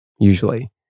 usually